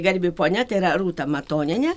garbi ponia tai yra rūta matonienė